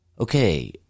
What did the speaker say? Okay